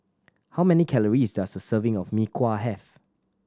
how many calories does a serving of Mee Kuah have